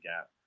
gap